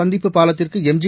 சந்திப்பு பாலத்திற்கு எம்ஜி